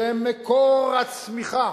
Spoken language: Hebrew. שהם מקור הצמיחה